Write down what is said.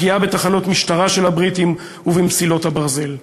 פגיעה בתחנות משטרה של הבריטים ובמסילות הברזל.